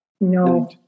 No